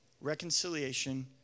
Reconciliation